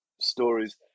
stories